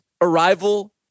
arrival